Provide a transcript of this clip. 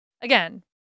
again